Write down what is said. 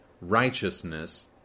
righteousness